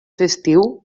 festiu